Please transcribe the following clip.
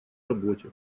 работе